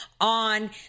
on